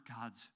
God's